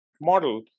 model